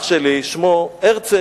אחי, שמו הרצל.